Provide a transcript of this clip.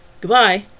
Goodbye